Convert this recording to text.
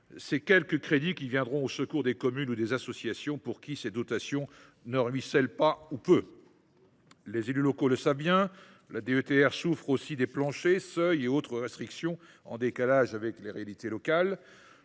ces quelques crédits ; ils viennent au secours des communes ou des associations, vers lesquelles les dotations ne ruissellent pas ou ruissellent peu. Les élus locaux le savent bien, la DETR souffre aussi des planchers, seuils et autres restrictions, qui sont en décalage avec les réalités locales.